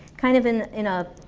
kind of in in a